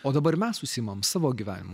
o dabar mes užsiimam savo gyvenimu